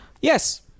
Yes